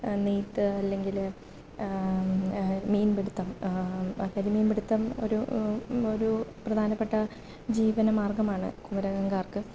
നെയ്ത് അല്ലെങ്കില് മീൻ പിടുത്തം അവിടെ മീൻ പിടുത്തം ഒരു ഒരു പ്രധാനപ്പെട്ട ജീവന മാർഗ്ഗമാണ് കുമരകംകാർക്ക്